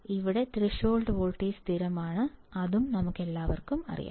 ഇവിടെ threshold voltage സ്ഥിരമാണ് അതും നമുക്കറിയാം